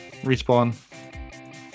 Respawn